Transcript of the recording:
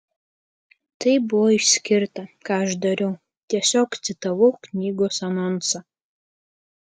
tai buvo išskirta ką aš dariau tiesiog citavau knygos anonsą